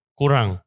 kurang